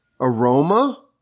aroma